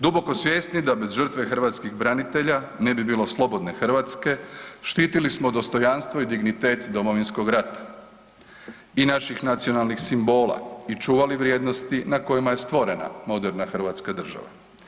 Duboko svjesni da bez žrtve hrvatskih branitelja ne bi bilo slobodne Hrvatske štitili smo dostojanstvo i dignitet Domovinskog rata i naših nacionalnih simbola i čuvali vrijednosti na kojima je stvorena moderna Hrvatska država.